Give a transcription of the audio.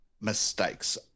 mistakes